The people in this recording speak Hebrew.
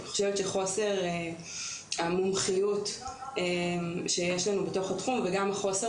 אני חושבת שחוסר המומחיות שיש לנו בתוך התחום וגם החוסר